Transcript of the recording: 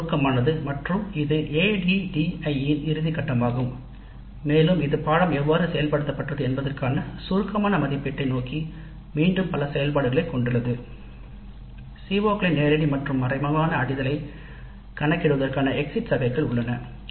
இது சுருக்கமானது மற்றும் இது ADDIE இன் இறுதி கட்டமாகும் இது அடிப்படையில் மீண்டும் பாடநெறி எவ்வாறு செயல்படுத்தப்பட்டது அதற்கான சுருக்கமான மதிப்பீட்டை நோக்கி பல செயல்பாடுகளைக் கொண்டுள்ளது CO களின் நேரடி மற்றும் மறைமுக அடையலைக் கணக்கிடுவதற்கான எக்ஸிட் சர்வேக்கள் உள்ளனர்